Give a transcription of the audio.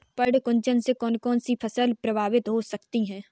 पर्ण कुंचन से कौन कौन सी फसल प्रभावित हो सकती है?